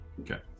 okay